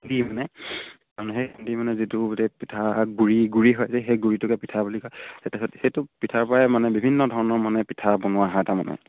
খুন্দি মানে মানুহে খুন্দি মানে যিটো গোটেই পিঠা গুৰি গুৰি হয় যে সেই গুৰিটোকে পিঠা বুলি কয় তাছত সেইটো পিঠাৰ পৰাই মানে বিভিন্ন ধৰণৰ মানে পিঠা বনোৱা হয় তামানে